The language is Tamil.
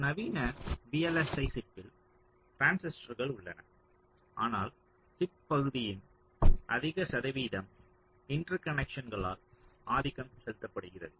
ஒரு நவீன VLSI சிப்பில் டிரான்சிஸ்டர்கள் உள்ளன ஆனால் சிப் பகுதியின் அதிக சதவீதம் இன்டர்கனக்ட்களால் ஆதிக்கம் செலுத்தப்படுகிறது